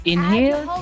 Inhale